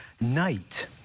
night